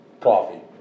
Coffee